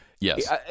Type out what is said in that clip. Yes